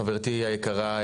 חברתי היקרה,